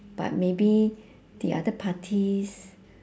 but maybe the other parties